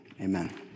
amen